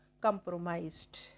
compromised